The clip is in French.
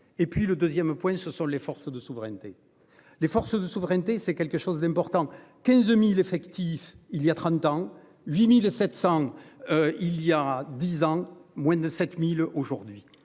et puis le 2ème point. Ce sont les forces de souveraineté. Les forces de souveraineté, c'est quelque chose d'important 15.000 effectifs il y a 30 ans, 8700. Il y a 10 ans, moins de 7000 aujourd'hui